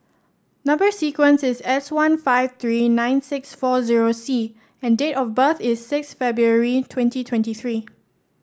number sequence is S one five three nine six four zero C and date of birth is six February twenty twenty three